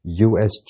usg